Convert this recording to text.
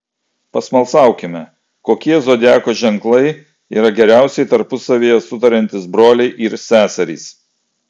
pasmalsaukime kokie zodiako ženklai yra geriausiai tarpusavyje sutariantys broliai ir seserys